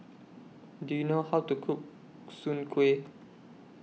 Do YOU know How to Cook Soon Kway